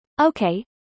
Okay